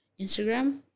instagram